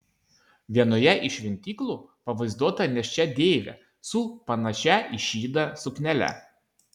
vienoje iš šventyklų pavaizduota nėščia deivė su panašia į šydą suknele